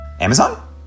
Amazon